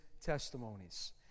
testimonies